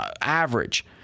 average